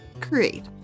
Create